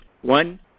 One